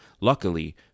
Luckily